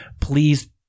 please